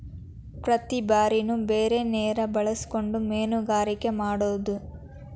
ಪ್ರತಿ ಬಾರಿನು ಬೇರೆ ನೇರ ಬಳಸಕೊಂಡ ಮೇನುಗಾರಿಕೆ ಮಾಡುದು